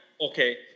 Okay